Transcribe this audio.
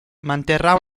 manterrà